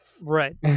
right